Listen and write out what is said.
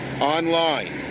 online